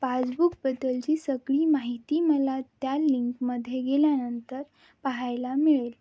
पासबुकबद्दलची सगळी माहिती मला त्या लिंकमध्ये गेल्यानंतर पाहायला मिळेल